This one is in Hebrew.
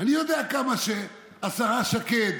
אני יודע כמה השרה שקד